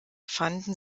fanden